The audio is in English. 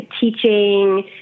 teaching